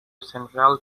central